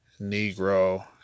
Negro